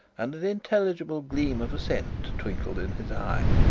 and an intelligible gleam of assent twinkled in his eye.